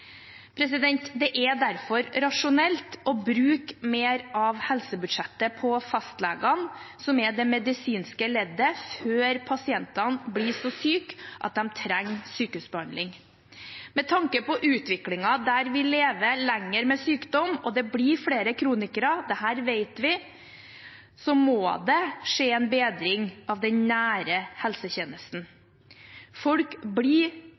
helsetjenesten. Det er derfor rasjonelt å bruke mer av helsebudsjettet på fastlegene, som er det medisinske leddet før pasientene blir så syke at de trenger sykehusbehandling. Med tanke på utviklingen der vi lever lenger med sykdom og det blir flere kronikere – dette vet vi – må det skje en bedring av den nære helsetjenesten. Folk blir,